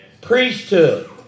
priesthood